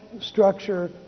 structure